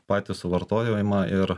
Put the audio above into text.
patį suvartojimą ir